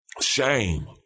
shame